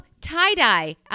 tie-dye